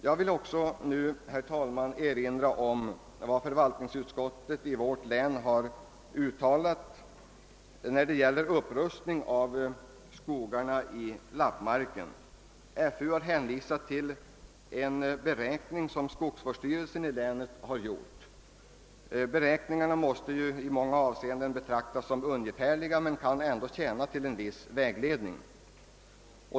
Jag vill också, herr talman, erinra om vad förvaltningsutskottet i vårt län har uttalat beträffande upprustningen av skogarna i lappmarken. Förvaltningsutskottet har hänvisat till en beräkning som skogsvårdsstyrelsen i länet har gjort. Beräkningarna måste naturligtvis betraktas som ungefärliga men kan ändå tjäna till en viss vägledning.